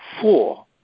four